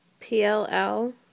PLL